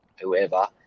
whoever